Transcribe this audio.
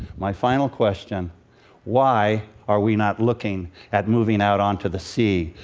my final question why are we not looking at moving out onto the sea?